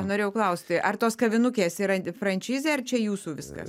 norėjau klausti ar tos kavinukės yra franšizė ar čia jūsų viskas